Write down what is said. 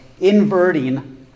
inverting